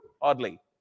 oddly